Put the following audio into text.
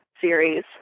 series